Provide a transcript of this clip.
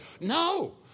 No